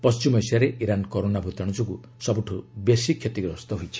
ପଣ୍ଟିମ ଏସିଆରେ Iran corona ଭୂତାଣୁ ଯୋଗୁଁ ସବ୍ରଠ୍ ବେଶି କ୍ଷତିଗ୍ରସ୍ତ ହୋଇଛି